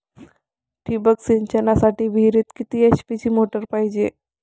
ठिबक सिंचनासाठी विहिरीत किती एच.पी ची मोटार पायजे?